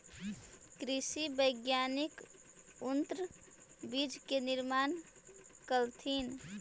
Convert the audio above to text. कृषि वैज्ञानिक उन्नत बीज के निर्माण कलथिन